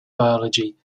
biology